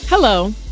Hello